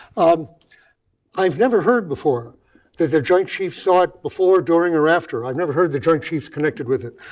um i've never heard before that the joint chiefs saw it before, during, or after. i've never heard the joint chiefs connected with it.